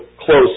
close